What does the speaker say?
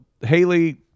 Haley